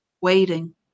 waiting